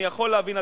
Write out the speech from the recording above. אני יכול להבין,